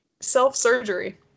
Self-surgery